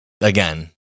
Again